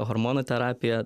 hormonų terapija